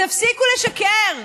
תפסיקו לשקר.